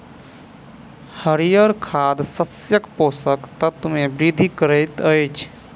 हरीयर खाद शस्यक पोषक तत्व मे वृद्धि करैत अछि